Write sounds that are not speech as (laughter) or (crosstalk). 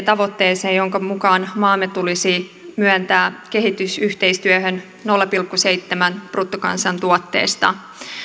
(unintelligible) tavoitteeseen jonka mukaan maamme tulisi myöntää kehitysyhteistyöhön nolla pilkku seitsemän prosenttia bruttokansantuotteesta